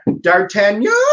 D'Artagnan